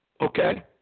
okay